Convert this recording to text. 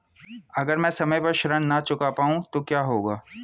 अगर म ैं समय पर ऋण न चुका पाउँ तो क्या होगा?